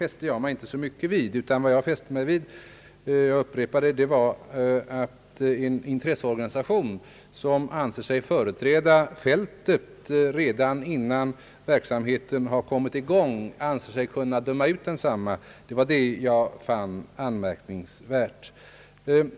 Det fäste jag mig inte så mycket vid, utan vad jag fäste mig vid — jag upprepar det — var att en intresseorganisation som anser sig företräda fältet redan innan verksamheten har kommit i gång anser sig kunna döma ut densamma. Det var den saken jag fann anmärkningsvärd.